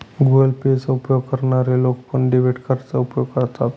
Google Pay चा उपयोग करणारे लोक पण, डेबिट कार्डचा उपयोग करतात